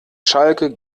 schalke